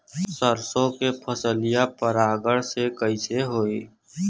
सरसो के फसलिया परागण से कईसे होई?